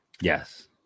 Yes